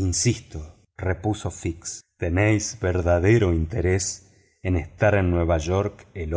insisto repuso fix tenéis verdadero interés en estar en nueva york el